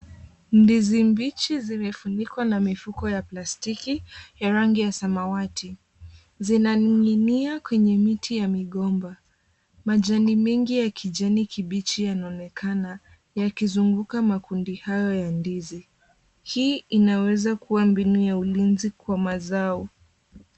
Ndizi mbichi zimefunikwa na mifuko ya plastiki ya rangi ya samawati. Zinaning'inia kwenye miti ya migomba. Majani mengi ya kijani kibichi yanaonekana yakizunguka makundi hayo ya ndizi. Hii inaweza kuwa mbinu ya ulinzi kwa mazao.